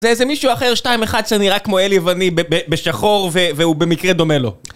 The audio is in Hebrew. זה איזה מישהו אחר, 2-1, שנראה כמו אלי ואני, בשחור, והוא במקרה דומה לו.